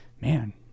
man